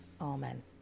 Amen